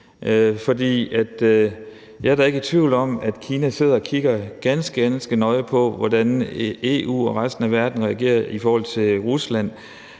Jeg er da ikke i tvivl om, at Kina sidder og kigger ganske, ganske nøje på, hvordan EU og resten af verden reagerer over for Rusland,